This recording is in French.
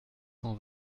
cent